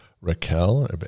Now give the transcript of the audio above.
Raquel